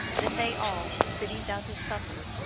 then they all, sitting down to supper,